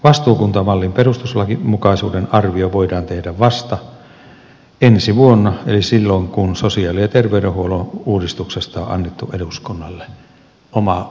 vastuukuntamallin perustuslainmukaisuuden arvio voidaan tehdä vasta ensi vuonna eli silloin kun sosiaali ja terveydenhuollon uudistuksesta on annettu eduskunnalle oma lakiesityksensä